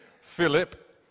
Philip